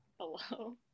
hello